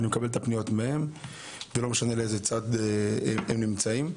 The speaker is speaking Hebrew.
אני מקבל את הפניות מהם ולא משנה באיזה צד הם נמצאים.